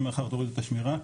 מחר תורידו את השמירה,